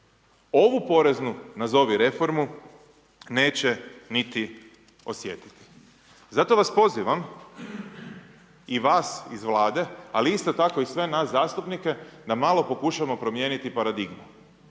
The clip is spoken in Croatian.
ovu poreznu, nazovi reformu neće niti osjetiti. Zato vas pozivam i vas iz Vlade, ali isto tako i sve nas zastupnike da malo pokušamo promijeniti paradigmu